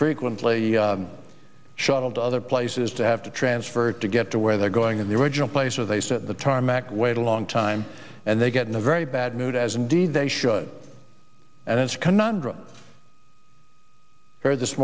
frequently shuttled to other places to have to transfer to get to where they're going in the original place where they set the tarmac wait a long time and they get in a very bad mood as indeed they should and it's